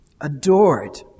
adored